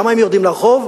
למה הם יורדים לרחוב?